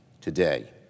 today